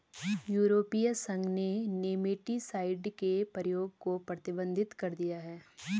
यूरोपीय संघ ने नेमेटीसाइड के प्रयोग को प्रतिबंधित कर दिया है